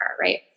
right